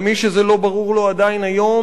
ומי שזה לא ברור לו עדיין היום,